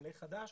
עולה חדש,